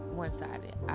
one-sided